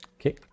Okay